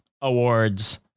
awards